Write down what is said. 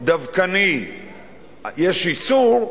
דווקני יש איסור,